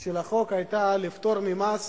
של החוק היתה לפטור ממס